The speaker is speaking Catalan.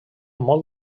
molt